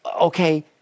okay